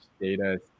data